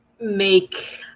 make